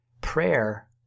prayer